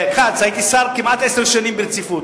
הייתי שר כמעט עשר שנים ברציפות,